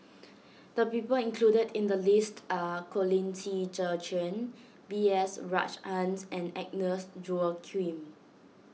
the people included in the list are Colin Qi Zhe Quan B S Rajhans and Agnes Joaquim